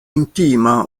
intima